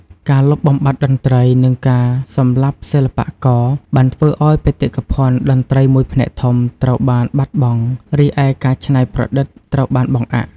ការលុបបំបាត់តន្ត្រី និងការសម្លាប់សិល្បករ បានធ្វើឱ្យបេតិកភណ្ឌតន្ត្រីមួយផ្នែកធំត្រូវបានបាត់បង់ រីឯការច្នៃប្រឌិតត្រូវបានបង្អាក់។